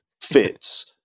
fits